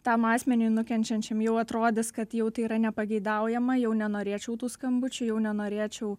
tam asmeniui nu kenčiančiam jau atrodys kad jau tai yra nepageidaujama jau nenorėčiau tų skambučių jau nenorėčiau